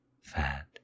fat